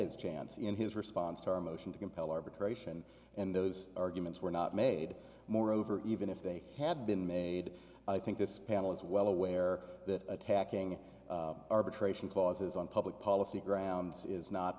his chance in his response to a motion to compel arbitration and those arguments were not made moreover even if they had been made i think this panel is well aware that attacking arbitration clauses on public policy grounds is not